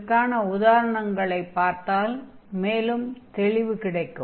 இந்த உதாரணங்களைப் பார்த்தால் மேலும் தெளிவு கிடைக்கும்